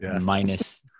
minus